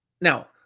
Now